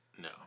no